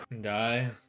Die